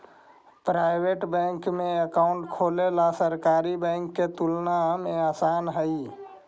private bank में account खोलेला सरकारी बैंक के तुलना में आसान हइ